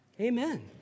amen